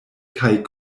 kaj